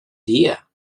dia